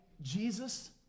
Jesus